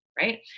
Right